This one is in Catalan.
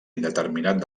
indeterminat